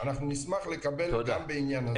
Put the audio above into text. אנחנו נשמח לקבל גם בעניין הזה.